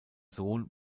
sohn